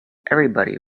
everybody